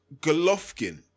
Golovkin